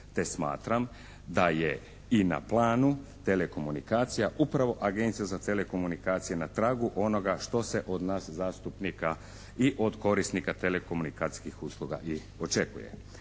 smatram da je i na planu telekomunikacija upravo Agencija za telekomunikacije, upravo na tragu onoga što se od nas zastupnika i od korisnika telekomunikacijskih usluga i očekuje.